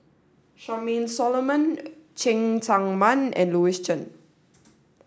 Charmaine Solomon Cheng Tsang Man and Louis Chen